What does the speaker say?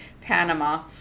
panama